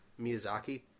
Miyazaki